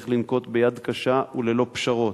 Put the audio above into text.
צריך לנקוט יד קשה וללא פשרות.